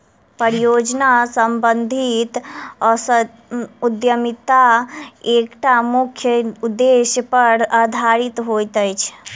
परियोजना सम्बंधित उद्यमिता एकटा मुख्य उदेश्य पर आधारित होइत अछि